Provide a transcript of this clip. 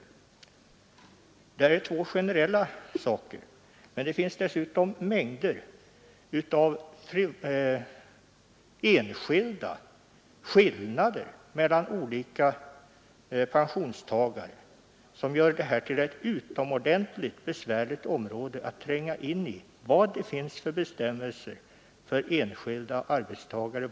Detta är två generella förhållanden som gäller. Det finns dessutom mängder av enskilda skillnader mellan olika pensionstagare, som gör att det är utomordentligt besvärligt att tränga in i vilka bestämmelser som gäller för de enskilda arbetstagarna.